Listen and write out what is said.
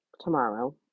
tomorrow